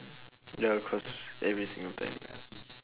mm ya of course every single time ya